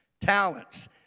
talents